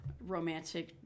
romantic